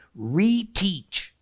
reteach